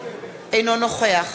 אינו נוכח